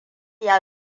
ya